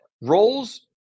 Roles